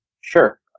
Sure